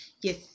Yes